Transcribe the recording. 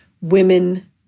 Women